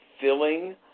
filling